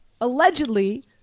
allegedly